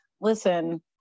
listen